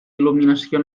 il·luminació